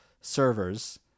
servers